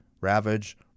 Ravage